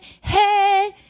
hey